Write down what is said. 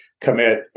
commit